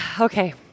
okay